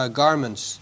garments